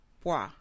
pois